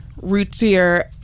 rootsier